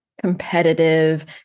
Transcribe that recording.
Competitive